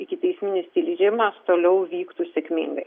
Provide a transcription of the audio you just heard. ikiteisminis tyrimas toliau vyktų sėkmingai